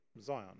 Zion